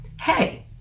hey